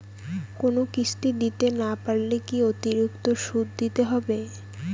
কোনো কিস্তি দিতে না পারলে কি অতিরিক্ত সুদ দিতে হবে?